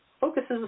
Focuses